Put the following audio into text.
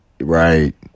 Right